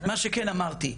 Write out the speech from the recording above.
מה שכן אמרתי,